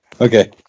Okay